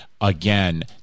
again